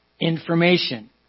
information